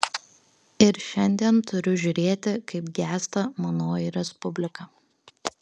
ir šiandien turiu žiūrėti kaip gęsta manoji respublika